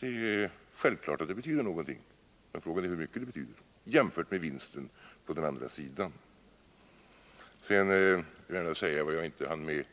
Det är självklart att det betyder någonting, men frågan är hur mycket det betyder jämfört med vinsten på den andra sidan. Sedan vill jag gärna säga vad jag inte hann med